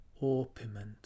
orpiment